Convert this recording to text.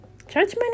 Judgment